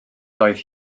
doedd